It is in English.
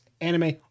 anime